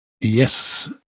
Yes